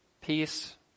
peace